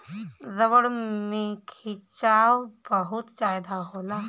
रबड़ में खिंचाव बहुत ज्यादा होला